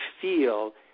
feel